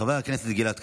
חבר הכנסת גלעד קריב.